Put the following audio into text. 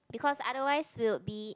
because otherwise will be